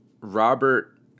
Robert